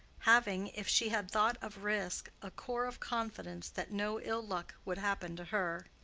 having, if she had thought of risk, a core of confidence that no ill luck would happen to her.